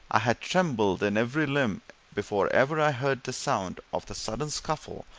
i had trembled in every limb before ever i heard the sound of the sudden scuffle,